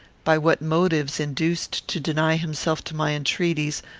by what motives induced to deny himself to my entreaties,